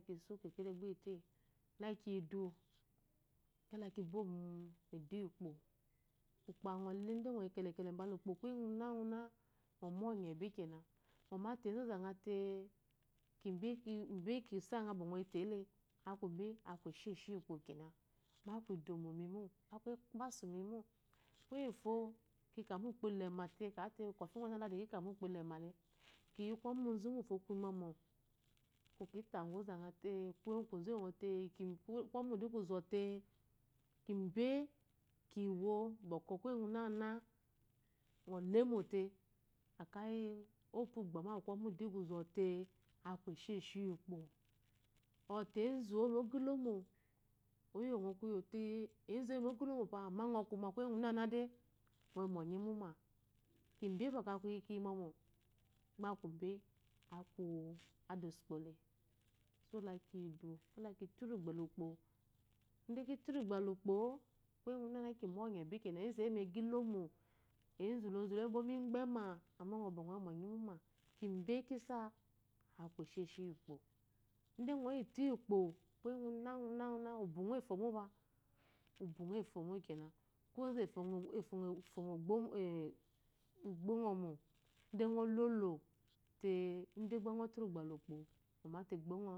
Gyi miso kekelele gba iyite lakiyidu kala kibwo midu yiupo ukpo angole gba ngoyi kele-kele bste ukpo kuye gune-gune ngo mounye bikene ngo mate ozate kibe kisenga ba ngo yitele aku be aku esheshi yiupo kene aku idomomimu, aly ekpasu mimo kuyefo kika bu-ukpo itemite kamede kofi gun onywaladi kike ba ukpo ilmale kiyi kwɔmʊzu gufo kuyimomo kitegu ozate koze ozete, kwɔmu kuzote kibe kiwo bwɔ kuye gune-gune ngo lemote akayi opungba yi komu zote aku esheshi yiukpo ɔte enzu oyimu ogaibmo oyohgote ezu oyimu oga ilomo pɔ amme nngo kuye-guna-gune de ngo yoi mu onye- inna kebe bwɔ kiyi momo gba aku ibe gba ku ade osu ukpole so kiikidu lede kituru gblɔ ukpo, gba kituruabe lukpoo kuye-gune-na kimu onye bikrena enzu oiymogilomo ezu lozu inyebo migbamaamma ngo ngoyi monye imume kibe kisa aku esheshi yi ukpo de gna yitu ukpo kuye-gun-gune ubungo efomba, ubungo efomokene ko ozu efongo egbo ngo mo ide ngo lolo te ngo truru gbala ukpo ngo mate egbongio